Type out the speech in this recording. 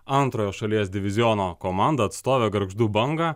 antrojo šalies diviziono komandą atstovę gargždų bangą